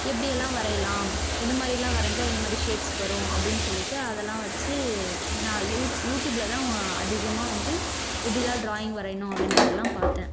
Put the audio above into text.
எப்படி எல்லாம் வரையலாம் எதுமாதிரியெல்லாம் வரைஞ்சா இந்தமாதிரி ஷேப்ஸ் வரும் அப்டின்னு சொல்லிவிட்டு அதெல்லாம் வச்சு நான் யூ யூடியூபில்தான் அதிகமாக வந்து எப்படிலாம் ட்ராயிங் வரையணும் அப்படின்றதெல்லாம் பார்த்தேன்